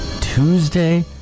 tuesday